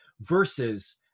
versus